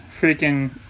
freaking